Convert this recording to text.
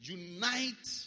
unite